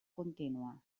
contínua